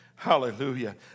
Hallelujah